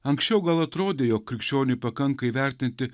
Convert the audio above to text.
anksčiau gal atrodė jog krikščioniui pakanka įvertinti